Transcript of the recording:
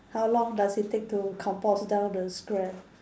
how long does it take to compost down the scrap